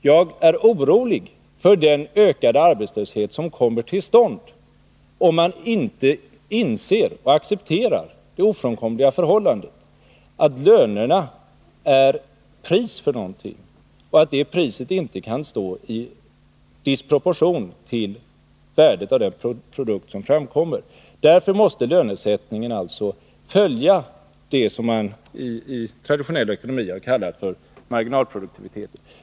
Jag är orolig för den ökade arbetslöshet som kommer till stånd, om man inte inser och accepterar det ofrånkomliga förhållandet att lönerna är pris för någonting och att det priset inte kan stå i disproportion till värdet av den produkt som framkommer. Därför måste lönesättningen följa det som man i traditionell ekonomi har kallat för marginalproduktivitet.